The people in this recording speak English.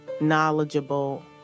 knowledgeable